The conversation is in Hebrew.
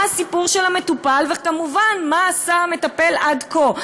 מה הסיפור של המטופל וכמובן מה עשה המטפל עד כה,